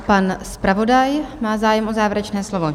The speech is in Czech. Pan zpravodaj má zájem o závěrečné slovo?